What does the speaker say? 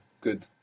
Good